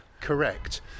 correct